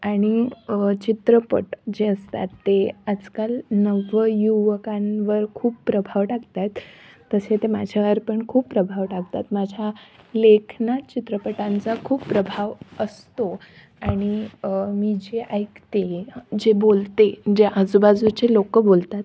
आणि चित्रपट जे असतात ते आजकाल नवयुवकांवर खूप प्रभाव टाकतात तसे ते माझ्यावर पण खूप प्रभाव टाकतात माझ्या लेखनात चित्रपटांचा खूप प्रभाव असतो आणि मी जे ऐकते जे बोलते जे आजूबाजूचे लोक बोलतात